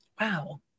Wow